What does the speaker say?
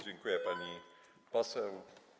Dziękuję, pani poseł.